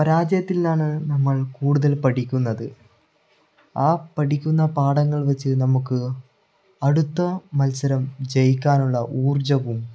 പരാജയത്തിൽ നിന്നാണ് നമ്മൾ കൂടുതൽ പഠിക്കുന്നത് ആ പഠിക്കുന്ന പാഠങ്ങൾ വെച്ച് നമുക്ക് അടുത്ത മത്സരം ജയിക്കാനുള്ള ഊർജ്ജവും